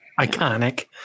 iconic